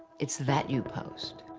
it's that you post.